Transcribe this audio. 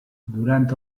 durant